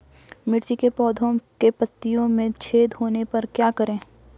मिर्ची के पौधों के पत्तियों में छेद होने पर क्या करें?